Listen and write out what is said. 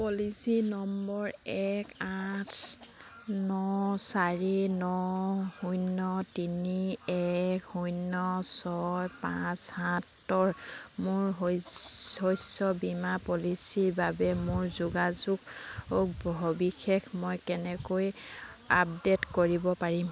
policy number এক আঠ ন চাৰি ন শূন্য তিনি এক শূন্য ছয় পাঁচ সাতৰ মোৰ শ শস্য বীমা পলিচিৰ বাবে মোৰ যোগাযোগ সবিশেষ মই কেনেকৈ আপডে'ট কৰিব পাৰিম